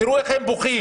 תראו איך הם בוכים.